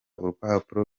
urupapuro